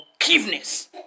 forgiveness